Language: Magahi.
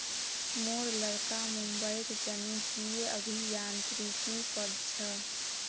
मोर लड़का मुंबईत जनुकीय अभियांत्रिकी पढ़ छ